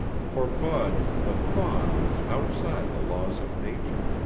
for bud the fawn was outside the laws of nature,